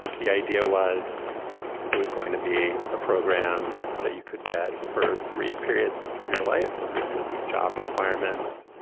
the idea was it was going to be a program that you could get for brief periods of your life. and there were going to be job requirements.